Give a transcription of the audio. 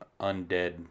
undead